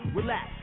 Relax